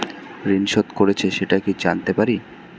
ঋণ শোধ করেছে সেটা কি জানতে পারি?